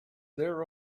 there